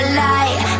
light